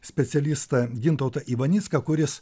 specialistą gintautą ivanicką kuris